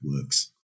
works